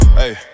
hey